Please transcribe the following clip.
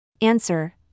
Answer